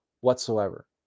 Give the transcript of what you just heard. whatsoever